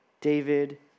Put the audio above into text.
David